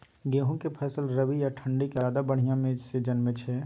गेहूं के फसल रबी आ ठंड के मौसम में ज्यादा बढ़िया से जन्में छै?